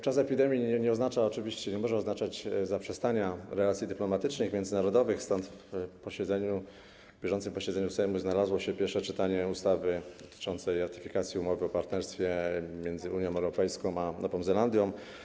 Czas epidemii oczywiście nie może oznaczać zaprzestania utrzymywania relacji dyplomatycznych, międzynarodowych, stąd w porządku bieżącego posiedzenia Sejmu znalazło się pierwsze czytanie ustawy dotyczącej ratyfikacji umowy o partnerstwie między Unią Europejską a Nową Zelandią.